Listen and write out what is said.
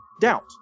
doubt